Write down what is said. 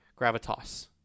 Gravitas